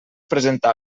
presentar